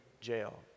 jail